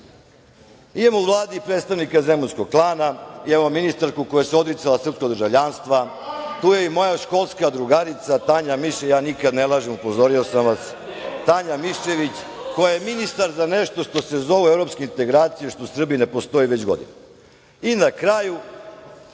u Vladi predstavnike „Zemunskog klana“, imamo ministarku koja se odricala srpskog državljanstva, tu je i moja školska drugarica Tanja Miščević, ja nikada ne lažem upozorio sam vas, koja je ministar za nešto što se zovu evropske integracije, što u Srbiji ne postoji već godinama. Na kraju,